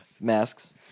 masks